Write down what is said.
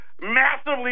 massively